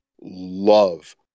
love